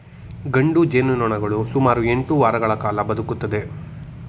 ಗಂಡು ಜೇನುನೊಣಗಳು ಸುಮಾರು ಎಂಟು ವಾರಗಳ ಕಾಲ ಬದುಕುತ್ತವೆ